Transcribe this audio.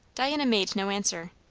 diana made no answer.